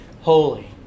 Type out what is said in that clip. holy